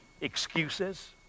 excuses